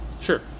Sure